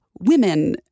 women